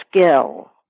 skill